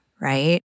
right